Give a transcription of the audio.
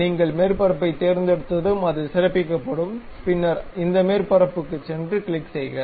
நீங்கள் மேற்பரப்பைத் தேர்ந்தெடுத்ததும் அது சிறப்பிக்கப்படும் பின்னர் இந்த மேற்பரப்புக்குச் சென்று கிளிக் செய்க